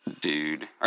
Dude